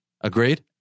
Agreed